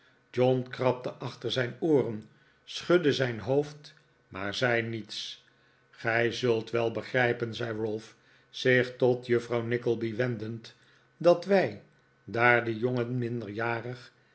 john krabde achter zijn ooren schudde zijn hoofd maar zei niets gij zult wel begrijpen zei ralph zich tot juffrouw nickleby wendend dat wij daar die jongen minderjarig